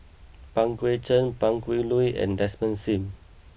Pang Guek Cheng Pan Cheng Lui and Desmond Sim